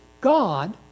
God